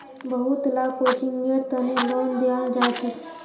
बहुत ला कोचिंगेर तने लोन दियाल जाछेक